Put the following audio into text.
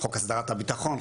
חוק הסדרת הביטחון,